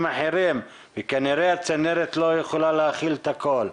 אחרים כי כנראה הצנרת לא יכולה להכיל את הכול?